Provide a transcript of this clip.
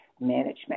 management